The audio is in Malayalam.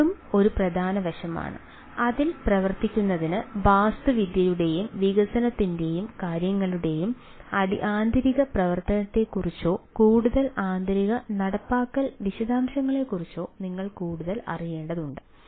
അതിനാൽ ഇതും ഒരു പ്രധാന വശമാണ് അതിൽ പ്രവർത്തിക്കുന്നതിന് വാസ്തുവിദ്യയുടെയും വികസനത്തിൻറെയും കാര്യങ്ങളുടെയും ആന്തരിക പ്രവർത്തനത്തെക്കുറിച്ചോ കൂടുതൽ ആന്തരിക നടപ്പാക്കൽ വിശദാംശങ്ങളെക്കുറിച്ചോ നിങ്ങൾ കൂടുതൽ അറിയേണ്ടതുണ്ട്